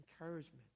Encouragement